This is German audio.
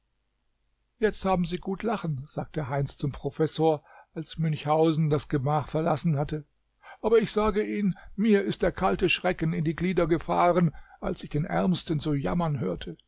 jetzt haben sie gut lachen sagte heinz zum professor als münchhausen das gemach verlassen hatte aber ich sage ihnen mir ist der kalte schrecken in die glieder gefahren als ich den ärmsten so jammern hörte